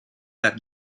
back